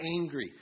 angry